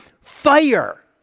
Fire